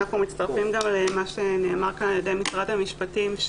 אנחנו מצטרפים למה שנאמר כאן על ידי משרד המשפטים.